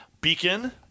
beacon